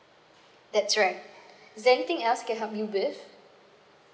that's right is there anything else I can help you with